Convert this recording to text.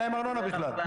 אין להם ארנונה בכלל.